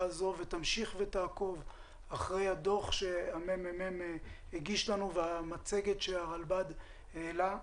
הזו ותמשיך ותעקוב אחר הדוח שהממ"מ הגיש לנו והמצגת שהרלב"ד העלה.